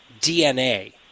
DNA